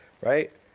right